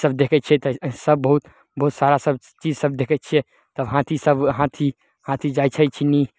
इसब देखै छियै तऽ सब बहुत बहुत सारा सब चीज सब देखै छियै सब हाथी सब हाथी हाथी जाइ छै चिन्नी